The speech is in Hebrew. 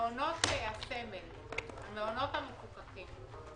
מעונות הסמל, המעונות המפוקחים.